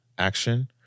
action